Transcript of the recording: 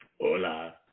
Hola